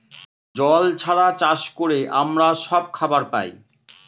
জল ছাড়া চাষ করে আমরা সব খাবার পায়